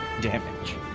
damage